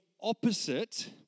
opposite